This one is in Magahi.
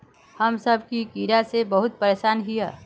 हम सब की कीड़ा से बहुत परेशान हिये?